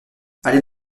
allez